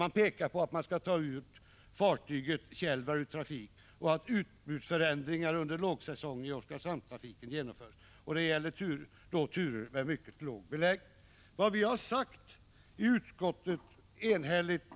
Man föreslår att Thjelvar skall tas ur trafik och att utbudsförändringar under lågsäsong i Oskarshamnstrafiken skall genomföras. Det gäller då turer med mycket låg beläggning.